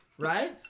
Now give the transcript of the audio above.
Right